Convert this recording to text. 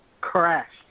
crashed